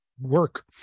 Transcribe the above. work